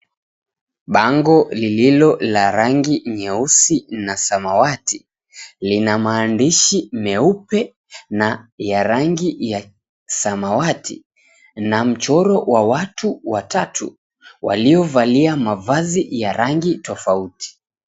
Bango lililo la rangi nyeusi na samawati lina maandishi meupe na ya rangi ya samawati na mchoro wa watu watatu waliovalia mavazi ya rangi tofauti.